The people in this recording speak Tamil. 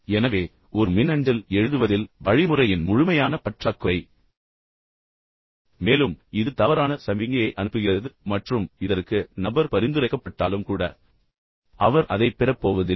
எனவே ஒரு மின்னஞ்சல் எழுதுவதில் வழிமுறையின் முழுமையான பற்றாக்குறை மேலும் இது தவறான சமிக்ஞையை அனுப்புகிறது மற்றும் இதற்கு நபர் பரிந்துரைக்கப்பட்டாலும் கூட அவர் அதைப் பெறப் போவதில்லை